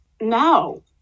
No